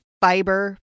fiber